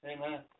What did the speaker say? Amen